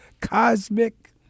Cosmic